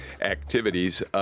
activities